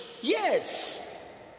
yes